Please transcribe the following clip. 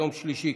יום שלישי,